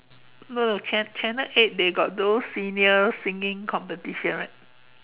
no no no channel eight they got those seniors singing competition right